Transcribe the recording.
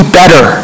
better